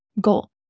goal